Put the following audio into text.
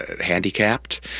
handicapped